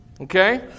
Okay